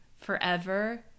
forever